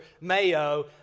Mayo